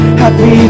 happy